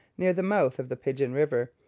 near the mouth of the pigeon river,